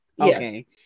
Okay